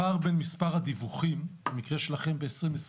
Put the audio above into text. הפער בין מספר הדיווחים במקרה שלכם ב-2020,